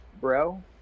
bro